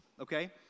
okay